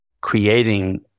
Creating